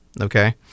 Okay